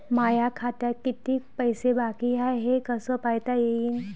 माया खात्यात कितीक पैसे बाकी हाय हे कस पायता येईन?